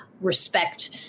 respect